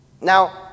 Now